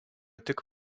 tik